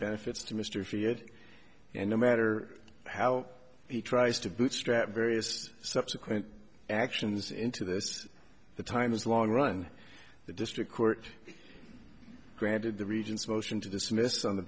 benefits to mr freeh it and no matter how he tries to bootstrap various subsequent actions into this the time is long run the district court granted the regents motion to dismiss on the